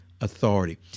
authority